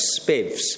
spivs